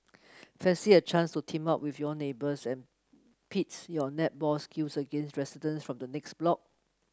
fancy a chance to team up with your neighbours and pits your netball skills against resident from the next block